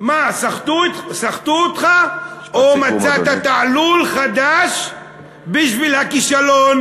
מה, סחטו אותך, או מצאת תעלול חדש בשביל הכישלון.